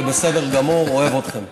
זה בסדר גמור, אוהב אתכם.